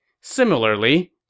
Similarly